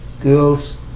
girls